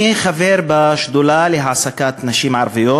אני חבר בשדולה להעסקת נשים ערביות,